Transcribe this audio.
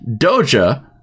Doja